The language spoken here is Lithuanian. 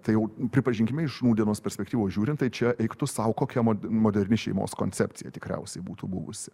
tai jau pripažinkime iš nūdienos perspektyvos žiūrint tai čia eik tu sau kokia mo moderni šeimos koncepcija tikriausiai būtų buvusi